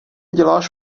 děláš